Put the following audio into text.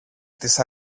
της